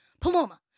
Paloma